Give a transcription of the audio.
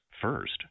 First